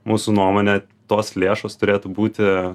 mūsų nuomone tos lėšos turėtų būti